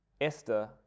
Esther